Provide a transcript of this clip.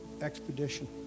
expedition